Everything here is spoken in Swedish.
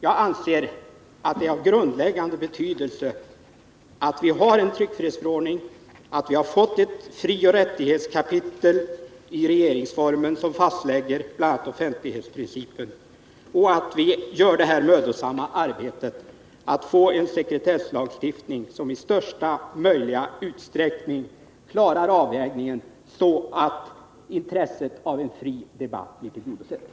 Jag anser att det är av grundläggande betydelse att vi har en tryckfrihetsförordning och att vi har fått ett frioch rättighetskapitel i regeringsformen som bl.a. fastlägger offentlighetsprincipen samt att vi utför det mödosamma arbetet att få en sekretesslagstiftning som i största möjliga utsträckning klarar avvägningen, så att intresset av en fri debatt blir tillgodosett.